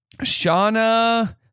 Shauna